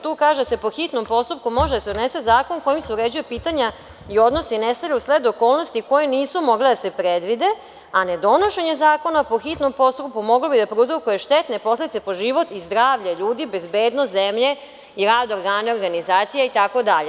Tu kaže - po hitnom postupku može da se donese zakon kojim se uređuju pitanja i odnosi nastali usled okolnosti koje nisu mogle da se predvide, a nedonošenje zakona po hitnom postupku moglo bi da prouzrokuje štetne posledice po život i zdravlje ljudi, bezbednost zemlje i rad organa i organizacija itd.